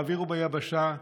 באוויר וביבשה,